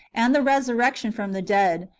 and the resurrection from the dead,